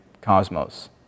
cosmos